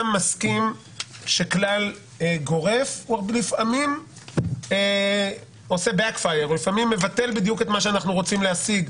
לפעמים כלל גורף עושה בדיוק ההפך ממה שאנחנו רוצים להשיג.